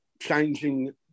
changing